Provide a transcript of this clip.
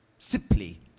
Simply